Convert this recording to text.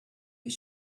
you